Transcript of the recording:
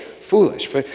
Foolish